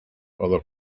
other